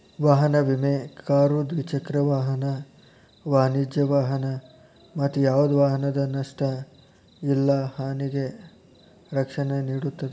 ವಾಹನ ವಿಮೆ ಕಾರು ದ್ವಿಚಕ್ರ ವಾಹನ ವಾಣಿಜ್ಯ ವಾಹನ ಮತ್ತ ಯಾವ್ದ ವಾಹನದ ನಷ್ಟ ಇಲ್ಲಾ ಹಾನಿಗೆ ರಕ್ಷಣೆ ನೇಡುತ್ತದೆ